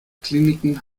kliniken